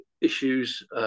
issues